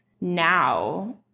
now